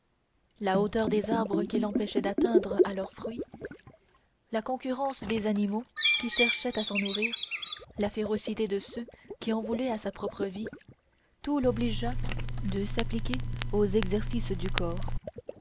la hauteur des arbres qui l'empêchait d'atteindre à leurs fruits la concurrence des animaux qui cherchaient à s'en nourrir la férocité de ceux qui en voulaient à sa propre vie tout l'obligea de s'appliquer aux exercices du corps